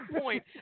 point